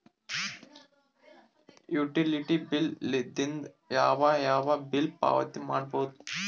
Utility bill ದಿಂದ ಯಾವ ಯಾವ ಬಿಲ್ ಪಾವತಿ ಮಾಡಬಹುದು?